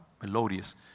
melodious